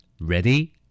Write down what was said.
Ready